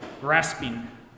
grasping